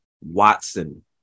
Watson